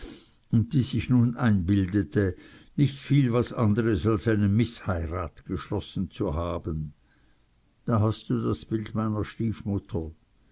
und die sich nun einbildete nicht viel was andres als eine mißheirat geschlossen zu haben da hast du das bild meiner stiefmutter